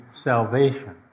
salvation